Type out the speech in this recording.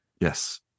Yes